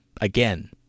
again